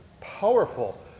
powerful